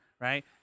right